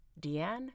DeAnne